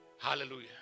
Hallelujah